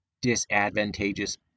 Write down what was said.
disadvantageous